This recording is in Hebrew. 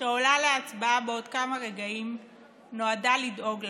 שעולה להצבעה בעוד כמה רגעים נועדה לדאוג להם,